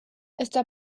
está